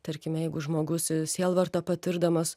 tarkime jeigu žmogus sielvartą patirdamas